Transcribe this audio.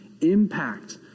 impact